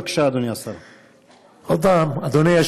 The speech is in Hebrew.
בבקשה, אדוני השר.